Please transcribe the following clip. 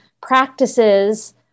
practices